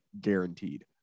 guaranteed